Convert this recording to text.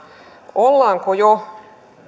ollaanko jo